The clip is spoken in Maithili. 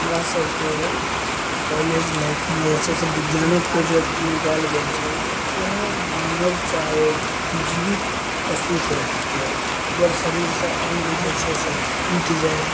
हमरा सबके कॉलेज लाइफमे जे छै से विज्ञानक प्रोजेक्टमे देल गेल छल जे कोनो मानव चाहे जीवित पशुके अगर शरीर सऽ अंग जे छै से टूटि जाय